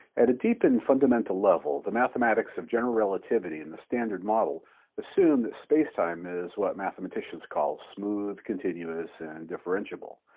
at a deep and fundamental level, the mathematics of general relativity and the standard model assume that spacetime is what mathematicians call smooth, continuous, and differentiable,